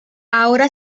ahora